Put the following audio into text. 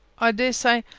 i dare say.